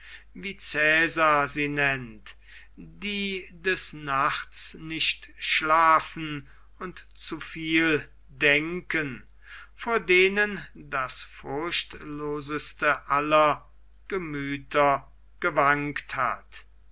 wie cäsar sie nennt die des nachts nicht schlafen und zu viel denken vor denen das furchtloseste aller gemüther gewankt hat